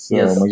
yes